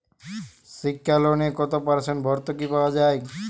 শিক্ষা লোনে কত পার্সেন্ট ভূর্তুকি পাওয়া য়ায়?